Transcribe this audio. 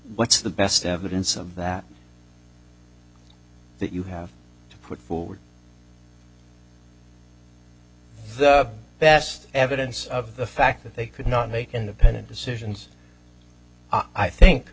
what's the best evidence of that that you have to put forward best evidence of the fact that they could not make independent decisions i